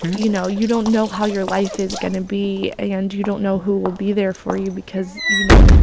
you know? you don't know how your life is going to be. and you don't know who will be there for you because, you know,